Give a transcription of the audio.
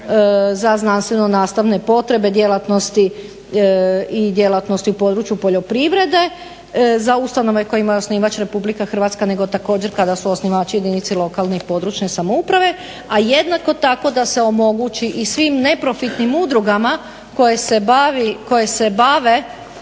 za znanstveno-nastavne potrebe i djelatnosti u području poljoprivrede za ustanove kojima je osnivač Republike Hrvatska nego također kada su osnivači jedinice lokalne i područne samouprave, a jednako tako da se omogući i svim neprofitnim udrugama koje se bave